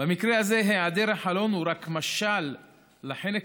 במקרה הזה היעדר החלון הוא רק משל לחנק